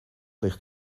ligt